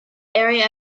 area